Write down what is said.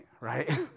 right